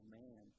man